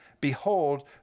Behold